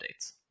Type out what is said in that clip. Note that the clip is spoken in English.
updates